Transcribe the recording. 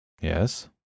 Yes